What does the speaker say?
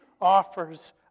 offers